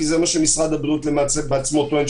כי זה מה שמשרד הבריאות למעשה בעצמו טוען,